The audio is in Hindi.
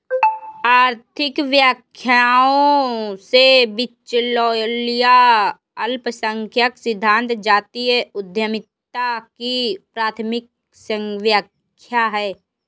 आर्थिक व्याख्याओं में, बिचौलिया अल्पसंख्यक सिद्धांत जातीय उद्यमिता की प्राथमिक व्याख्या है